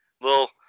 little